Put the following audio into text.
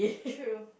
true